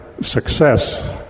success